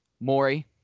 Maury